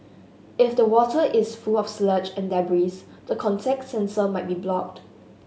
if the water is full of sludge and debris the contact sensor might be blocked